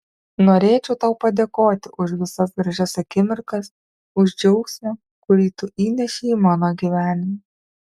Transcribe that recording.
norėčiau tau padėkoti už visas gražias akimirkas už džiaugsmą kurį tu įnešei į mano gyvenimą